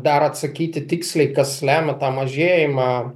dar atsakyti tiksliai kas lemia tą mažėjimą